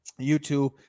youtube